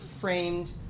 framed